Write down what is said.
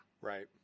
Right